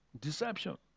Deception